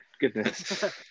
Goodness